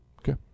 Okay